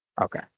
Okay